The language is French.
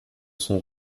sont